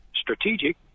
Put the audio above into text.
strategic